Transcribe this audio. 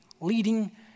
leading